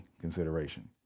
consideration